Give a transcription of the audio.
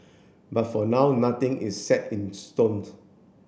but for now nothing is set in stones